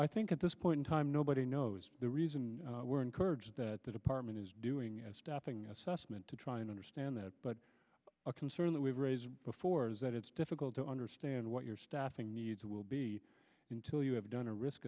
i think at this point in time nobody knows the reason we're encouraged the department is doing as stuffing assessment to try and understand that but a concern that we've raised before is that it's difficult to understand what you're staffing needs will be until you have done a risk